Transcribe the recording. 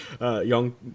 young